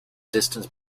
distance